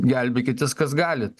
gelbėkitės kas galit